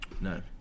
No